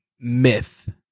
myth